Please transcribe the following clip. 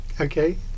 Okay